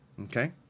Okay